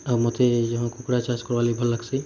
ଆଉ ମୋତେ ଯାହ କୁକୁଡ଼ା ଚାଷ କର୍ବାର୍ ଲାଗି ଭଲ ଲାଗ୍ସି